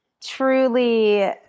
Truly